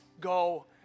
go